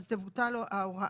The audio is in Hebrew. אז תבוטל לו ההוראה.